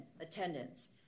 attendance